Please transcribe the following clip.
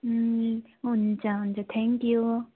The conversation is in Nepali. ए हन्छ हुन्छ थ्याङ्कयू